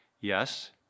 yes